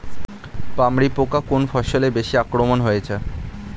পামরি পোকা কোন ফসলে বেশি আক্রমণ হয়েছে?